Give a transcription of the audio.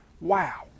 Wow